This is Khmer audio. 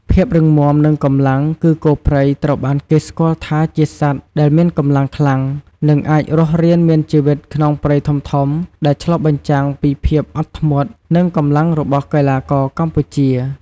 ភាពរឹងមាំ និងកម្លាំង គឺគោព្រៃត្រូវបានគេស្គាល់ថាជាសត្វដែលមានកម្លាំងខ្លាំង និងអាចរស់រានមានជីវិតក្នុងព្រៃធំៗ ដែលឆ្លុះបញ្ចាំងពីភាពអត់ធ្មត់ និងកម្លាំងរបស់កីឡាករកម្ពុជា។